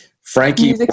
Frankie